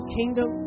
kingdom